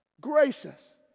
Gracious